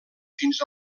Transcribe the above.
fins